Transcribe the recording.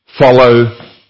follow